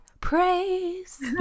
praise